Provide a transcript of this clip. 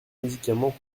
médicaments